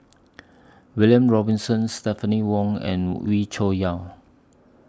William Robinson Stephanie Wong and Wee Cho Yaw